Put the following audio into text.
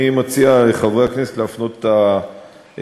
אני מציע לחברי הכנסת להפנות את השאלה,